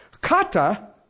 Kata